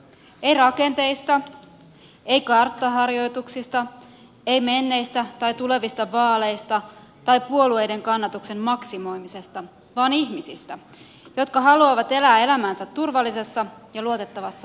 ei rakenteista ei karttaharjoituksista ei menneistä tai tulevista vaaleista tai puolueiden kannatuksen maksimoimisesta vaan ihmisistä jotka haluavat elää elämäänsä turvallisessa ja luotettavassa ympäristössä